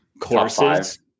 courses